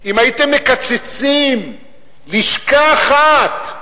אם הייתם מקצצים לשכה אחת,